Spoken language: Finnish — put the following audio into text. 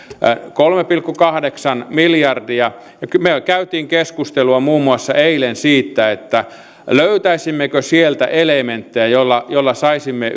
kolme pilkku kahdeksan miljardia me kävimme keskustelua muun muassa eilen siitä löytäisimmekö sieltä elementtejä joilla joilla saisimme